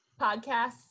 Podcasts